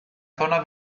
zona